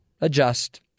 Adjust